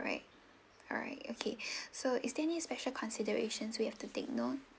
alright alright okay so is there any special considerations we have to take note